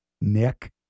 Nick